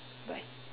bye